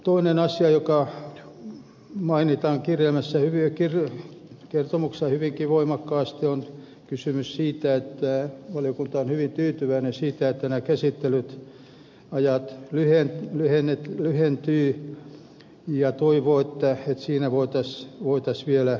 toinen asia joka mainitaan kertomuksessa hyvinkin voimakkaasti on kysymys siitä että valiokunta on hyvin tyytyväinen siihen että nämä käsittelyajat lyhentyvät ja toivoo että sitä voitaisiin vielä jatkaa